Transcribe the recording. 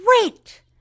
wait